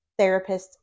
therapists